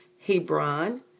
Hebron